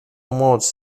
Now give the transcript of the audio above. moc